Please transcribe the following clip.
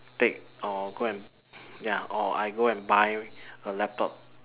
take or go and ya or I go and buy a laptop